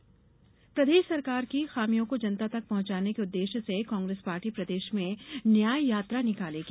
कांग्रेस न्याययात्रा प्रदेश सरकार की खामियों को जनता तक पहुंचाने के उद्वेश्य से कांगेस पार्टी प्रदेश में न्याययात्रा निकालेगी